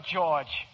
George